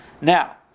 Now